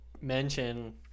mention